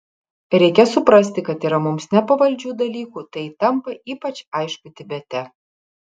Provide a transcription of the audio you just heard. reikia suprasti kad yra mums nepavaldžių dalykų tai tampa ypač aišku tibete